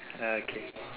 okay